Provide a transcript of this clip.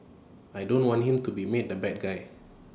I don't want him to be made the bad guy